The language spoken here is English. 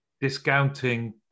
discounting